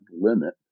limit